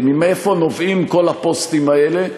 הרי מאיפה נובעים כל הפוסטים האלה?